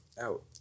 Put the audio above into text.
out